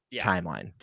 timeline